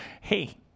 hey